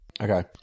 okay